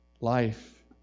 life